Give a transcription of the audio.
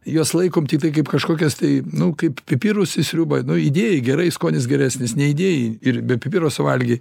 juos laikom tiktai kaip kažkokias tai nu kaip pipirus į sriubą nu įdėjai gerai skonis geresnis neįdėjai ir be pipiro suvalgei